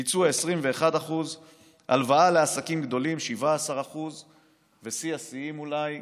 ביצוע: 21%; הלוואה לעסקים גדולים: 17%. ושיא השיאים אולי,